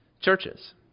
churches